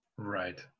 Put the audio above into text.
right